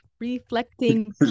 reflecting